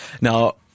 Now